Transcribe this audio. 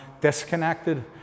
disconnected